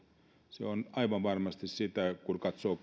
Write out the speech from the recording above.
se on aivan varmasti sitä kun katsoo